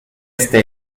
este